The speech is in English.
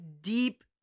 deep